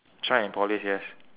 shine and polish yes